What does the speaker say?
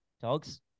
Dogs